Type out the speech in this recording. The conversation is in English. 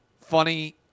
funny